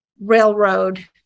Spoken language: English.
railroad